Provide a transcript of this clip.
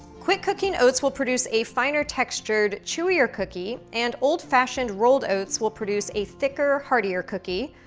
quick cooking oats will produce a finer-textured, chewier cookie, and old fashioned rolled oats will produce a thicker, heartier cookie,